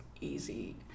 easy